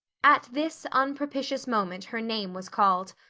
at this unpropitious moment her name was called.